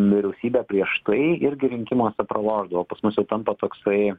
vyriausybė prieš tai irgi rinkimuose pralošdavo pas mus jau tampa toksai